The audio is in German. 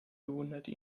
bewunderte